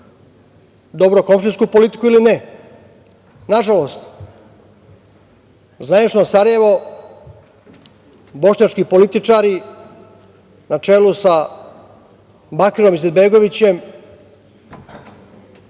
dobrokomšijsku politiku ili ne? Nažalost, zvanično Sarajevo, bošnjački političari, na čelu sa Bakirom Izetbegovićem,